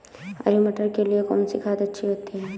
हरी मटर के लिए कौन सी खाद अच्छी होती है?